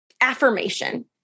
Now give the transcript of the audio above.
affirmation